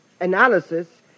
analysis